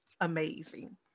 amazing